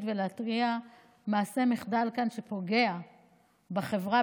ולהתריע על מעשה או מחדל כאן שפוגע בחברה,